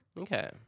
Okay